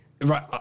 Right